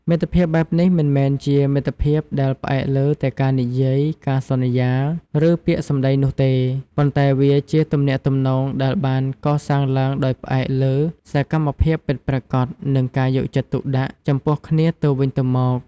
មិត្តភាពបែបនេះមិនមែនជាមិត្តភាពដែលផ្អែកលើតែការនិយាយ ការសន្យា ឬពាក្យសម្ដីនោះទេ ប៉ុន្តែវាជាទំនាក់ទំនងដែលបានកសាងឡើងដោយផ្អែកលើសកម្មភាពពិតប្រាកដនិងការយកចិត្តទុកដាក់ចំពោះគ្នាទៅវិញទៅមក។